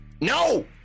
No